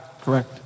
Correct